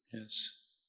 Yes